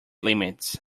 limits